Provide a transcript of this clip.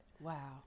wow